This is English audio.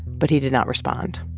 but he did not respond.